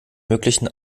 möglichen